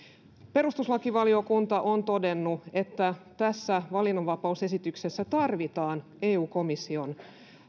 perustuslakivaliokunta on todennut että tässä valinnanvapausesityksessä tarvitaan eu komission